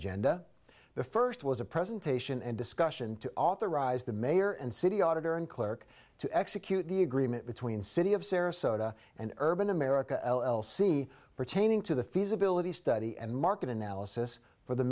agenda the first was a presentation and discussion to authorize the mayor and city auditor and clerk to execute the agreement between city of sarasota and urban america see pertaining to the feasibility study and market analysis for the